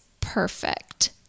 perfect